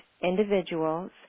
individuals